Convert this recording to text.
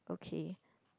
okay